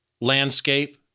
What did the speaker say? landscape